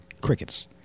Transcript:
Crickets